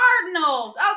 Cardinals